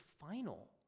final